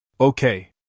Okay